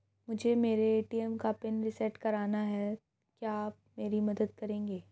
मुझे मेरे ए.टी.एम का पिन रीसेट कराना है क्या आप मेरी मदद करेंगे?